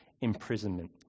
imprisonment